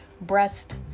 breast